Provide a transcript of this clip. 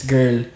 Girl